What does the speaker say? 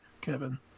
Kevin